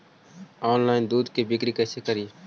Online दुध के बिक्री कैसे करि?